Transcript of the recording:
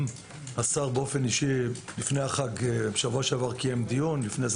גם השר באופן אישי קיים לפני החג דיון ולפני כן